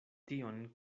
tion